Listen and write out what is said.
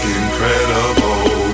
incredible